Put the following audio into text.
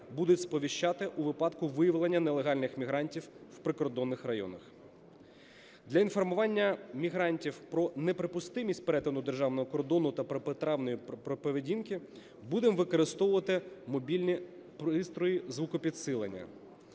будуть сповіщати у випадку виявлення нелегальних мігрантів в прикордонних районах. Для інформування мігрантів про неприпустимість перетину державного кордону та протиправної поведінки будемо використовувати мобільні пристрої звукопідсилення.